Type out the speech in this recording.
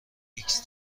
ایکس